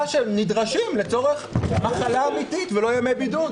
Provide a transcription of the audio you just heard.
שנדרשים לצורך מחלה אמיתית ולא ימי בידוד?